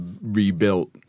rebuilt